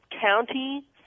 county